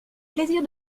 plaisir